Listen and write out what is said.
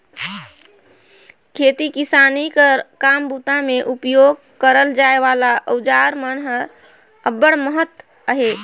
खेती किसानी कर काम बूता मे उपियोग करल जाए वाला अउजार मन कर अब्बड़ महत अहे